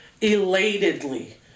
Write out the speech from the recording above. elatedly